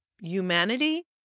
humanity